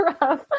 rough